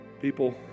people